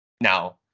Now